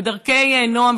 בדרכי נועם,